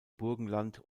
burgenland